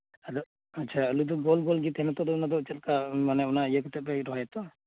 ᱟᱫᱚ ᱟᱪᱪᱷᱟ ᱟᱞᱩ ᱫᱚ ᱜᱳᱞ ᱜᱳᱞ ᱜᱮ ᱛᱟᱦᱮᱱᱟ ᱛᱚ ᱚᱱᱟ ᱫᱚ ᱪᱮᱫ ᱞᱮᱠᱟ ᱢᱟᱱᱮ ᱚᱱᱟ ᱫᱚ ᱤᱭᱟᱹ ᱠᱟᱛᱮᱫ ᱯᱮ ᱨᱚᱦᱚᱭᱟ ᱛᱚ